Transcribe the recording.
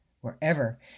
wherever